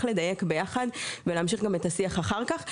לדייק ביחד ולהמשיך גם את השיח אחר כך.